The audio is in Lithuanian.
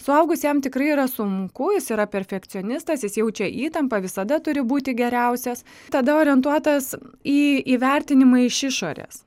suaugus jam tikrai yra sunku jis yra perfekcionistas jis jaučia įtampą visada turi būti geriausias tada orientuotas į įvertinimą iš išorės